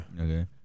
Okay